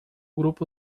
grupo